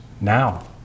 now